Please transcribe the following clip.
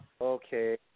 okay